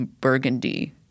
burgundy